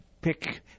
pick